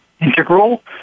integral